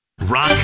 Rock